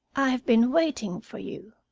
i have been waiting for you,